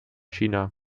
china